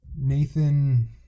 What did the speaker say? Nathan